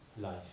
life